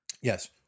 Yes